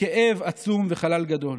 כאב עצום וחלל גדול.